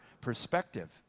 perspective